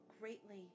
greatly